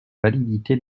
validité